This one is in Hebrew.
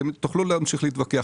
אתם תוכלו להמשיך להתווכח,